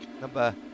number